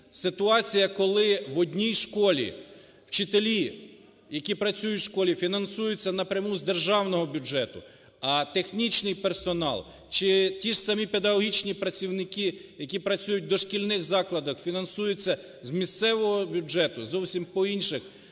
ситуація, коли в одній школі вчителі, які працюють у школі, фінансуються напряму з державного бюджету, а технічний персонал чи ті ж самі педагогічні працівники, які працюють у дошкільних закладах, фінансуються з місцевого бюджету зовсім по інших ставках,